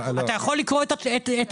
אתה יכול לקרוא את החוק.